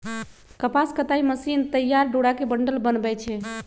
कपास कताई मशीन तइयार डोरा के बंडल बनबै छइ